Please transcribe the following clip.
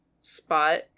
spot